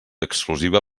exclusiva